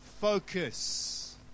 focus